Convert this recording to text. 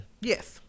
Yes